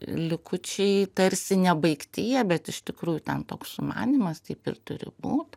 likučiai tarsi nebaigti jie bet iš tikrųjų ten toks sumanymas taip ir turi būt